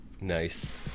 Nice